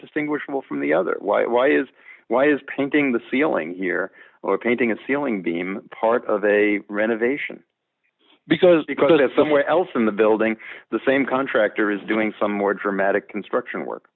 distinguishable from the other why is why is painting the ceiling here or painting a ceiling beam part of a renovation because because of that somewhere else in the building the same contractor is doing some more dramatic construction work